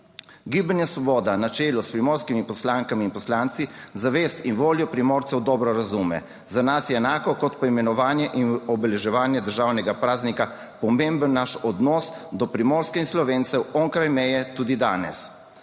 Gibanje Svoboda na čelu s primorskimi poslankami in poslanci zavest in voljo Primorcev dobro razume. Za nas je enako kot poimenovanje in obeleževanje državnega praznika pomemben naš odnos do Primorske in Slovencev onkraj meje tudi danes.